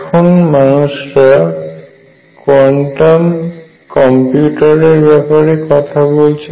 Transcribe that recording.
এখন মানুষরা quantum computer এ ব্যাপারে কথা বলছেন